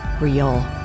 real